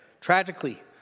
Tragically